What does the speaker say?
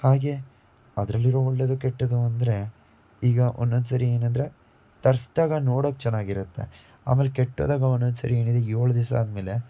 ಹಾಗೇ ಅದರಲ್ಲಿರೋ ಒಳ್ಳೆಯದು ಕೆಟ್ಟದ್ದು ಅಂದರೆ ಈಗ ಒಂದೊಂದ್ ಸಾರಿ ಏನಂದರೆ ತರಿಸ್ದಾಗ ನೋಡೋಕ್ಕೆ ಚೆನ್ನಾಗಿರುತ್ತೆ ಆಮೇಲೆ ಕೆಟ್ಟದಾಗಿ ಒಂದೊಂದ್ ಸಾರಿ ಏನಿದೆ ಏಳು ದಿವ್ಸ ಆದ ಮೇಲೆ